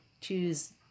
choose